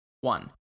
One